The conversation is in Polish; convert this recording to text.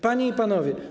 Panie i Panowie!